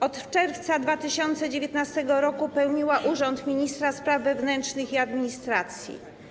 Od czerwca 2019 r. pełniła urząd ministra spraw wewnętrznych i administracji.